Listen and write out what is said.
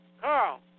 Carl